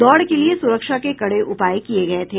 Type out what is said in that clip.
दौड़ के लिए सुरक्षा के कड़े उपाय किये गये थे